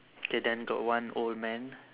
K then got one old man